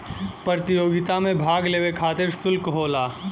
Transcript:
प्रतियोगिता मे भाग लेवे खतिर सुल्क होला